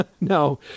No